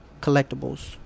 collectibles